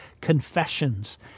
confessions